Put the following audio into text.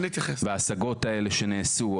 וההשגות האלה שנעשו,